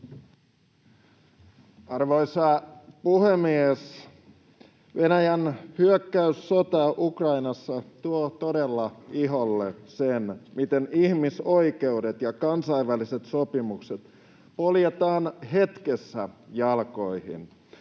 Arvoisa puhemies! Venäjän hyökkäyssota Ukrainassa tuo todella iholle sen, miten ihmisoikeudet ja kansainväliset sopimukset poljetaan hetkessä jalkoihin.